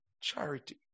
charity